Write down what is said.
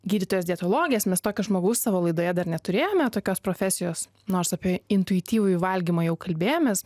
gydytojos dietologės mes tokio žmogaus savo laidoje dar neturėjome tokios profesijos nors apie intuityvųjį valgymą jau kalbėjomės